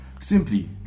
Simply